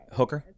Hooker